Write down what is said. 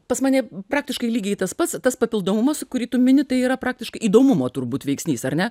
pas mane praktiškai lygiai tas pats tas papildomumas kurį tu mini tai yra praktiškai įdomumo turbūt veiksnys ar ne